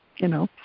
you know?